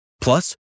Plus